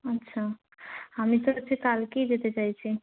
আচ্ছা আমি তো কালকেই যেতে চাইছি